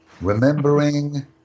Remembering